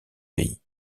pays